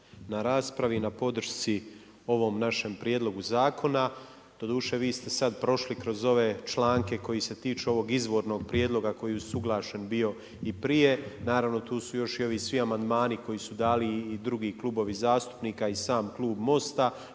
na raspravi i na podršci ovom našem prijedlogu zakona, doduše vi ste sada prošli kroz ove članke koji se tiču ovog izvornog prijedloga koji je usuglašen bio i prije, naravno tu su još i ovi svi amandmani koji su dali i drugi klubovi zastupnika i sam klub Most-a